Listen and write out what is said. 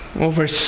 over